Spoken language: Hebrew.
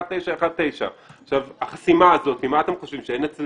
אתם חושבים שאין אצל